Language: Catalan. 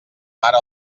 mare